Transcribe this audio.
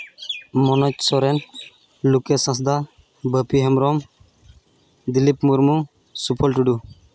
Manoj Soren Lokesh Hansda Bapi Hembrom Dilip Murmu Suphal Tudu